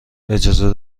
اجازه